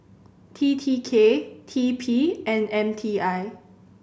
T T K T P and M T I